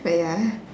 but ya